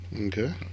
Okay